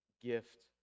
gift